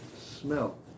smell